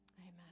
Amen